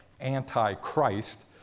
antichrist